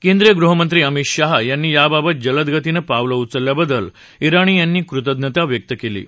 केंद्रीय गृहमंत्री अमित शहा यांनी याबाबत जलदगतीनं पावलं उचल्याबद्दल ज्ञाणी यांनी कृतज्ञता व्यक्त कल्ली आह